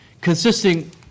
consisting